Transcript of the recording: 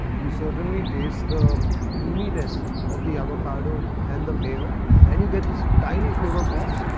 you certainly taste the creaminess of the avocado. and the mayo and you get these tiny flavour pops.